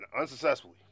unsuccessfully